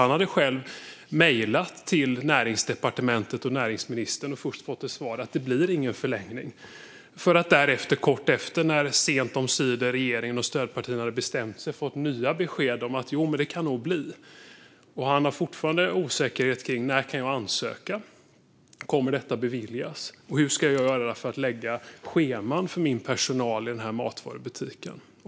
Han hade själv mejlat till Näringsdepartementet och näringsministern och fått till svar att det inte blir någon förlängning för att kort därefter, när regeringen och stödpartierna sent omsider bestämt sig, få nya besked om att det nog kan bli en förlängning. Han känner fortfarande osäkerhet och har frågor som: När kan jag ansöka? Kommer detta att beviljas? Hur ska jag göra för att lägga scheman för personalen i min matvarubutik?